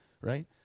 right